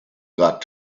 got